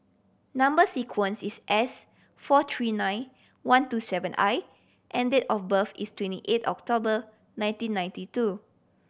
number sequence is S four three nine one two seven I and date of birth is twenty eight October nineteen ninety two